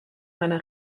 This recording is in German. meiner